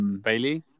Bailey